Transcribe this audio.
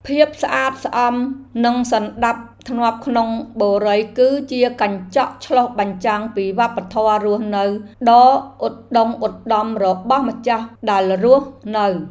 ភាពស្អាតស្អំនិងសណ្តាប់ធ្នាប់ក្នុងបុរីគឺជាកញ្ចក់ឆ្លុះបញ្ចាំងពីវប្បធម៌រស់នៅដ៏ឧត្តុង្គឧត្តមរបស់ម្ចាស់ដែលរស់នៅ។